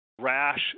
rash